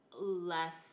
less